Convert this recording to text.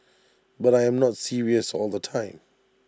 but I am not serious all the time